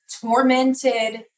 tormented